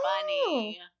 funny